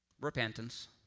Repentance